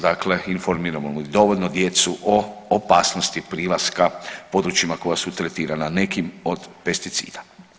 Dakle, informiramo li dovoljno djecu o opasnosti prilaska područjima koja su tretirana nekim od pesticida.